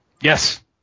Yes